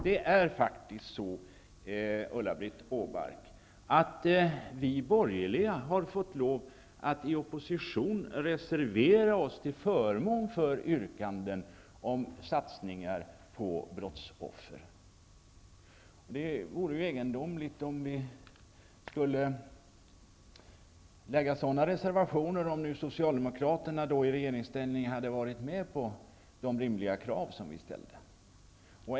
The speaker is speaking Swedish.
Det är faktiskt så, Ulla-Britt Åbark, att vi borgerliga i opposition har fått lov att reservera oss till förmån för yrkanden om satsningar på brottsoffer. Det hade varit egendomligt om vi hade lagt sådana reservationer om socialdemokraterna i regeringsställning hade varit med på de rimliga krav som vi ställde.